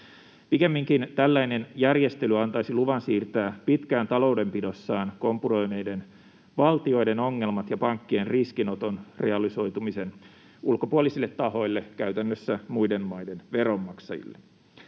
Pikemminkin tällainen järjestely antaisi luvan siirtää pitkään taloudenpidossaan kompuroineiden valtioiden ongelmat ja pankkien riskinoton realisoitumisen ulkopuolisille tahoille, käytännössä muiden maiden veronmaksajille.